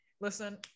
Listen